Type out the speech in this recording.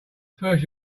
first